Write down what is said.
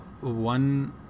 one